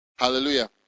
Hallelujah